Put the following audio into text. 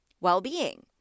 well-being